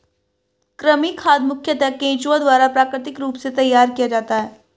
कृमि खाद मुखयतः केंचुआ द्वारा प्राकृतिक रूप से तैयार किया जाता है